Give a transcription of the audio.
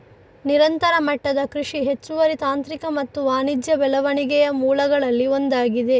ನಿರಂತರ ಮಟ್ಟದ ಕೃಷಿ ಹೆಚ್ಚುವರಿ ತಾಂತ್ರಿಕ ಮತ್ತು ವಾಣಿಜ್ಯ ಬೆಳವಣಿಗೆಯ ಮೂಲಗಳಲ್ಲಿ ಒಂದಾಗಿದೆ